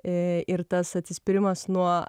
iii tas atsispyrimas nuo